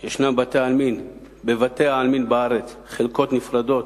על כך יש בבתי-העלמין בארץ חלקות נפרדות